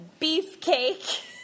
Beefcake